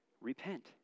Repent